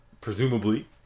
presumably